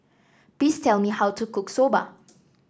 please tell me how to cook Soba